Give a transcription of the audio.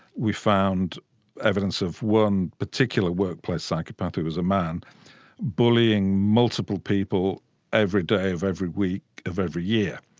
we found evidence of one particular workplace psychopath who was a man bullying multiple people every day of every week of every year,